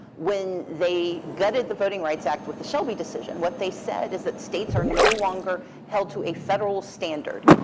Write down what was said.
when they gutted the voting rights act with the shelby decision. what they said is that states are no longer held to a federal standard.